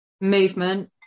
movement